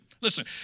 listen